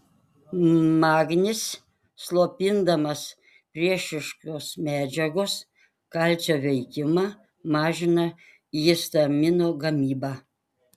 magnis slopindamas priešiškos medžiagos kalcio veikimą mažina histamino gamybą